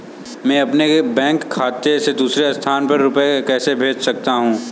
मैं अपने बैंक खाते से दूसरे स्थान पर रुपए कैसे भेज सकता हूँ?